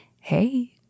hey